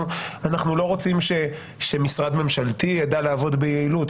אנחנו לא רוצים שמשרד ממשלתי ידע לעבוד ביעילות,